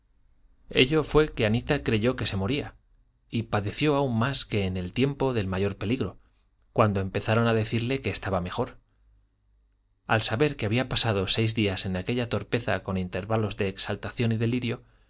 ello fue que anita creyó que se moría y padeció aún más que en el tiempo del mayor peligro cuando empezaron a decirle que estaba mejor al saber que había pasado seis días en aquella torpeza con intervalos de exaltación y delirio